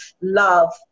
love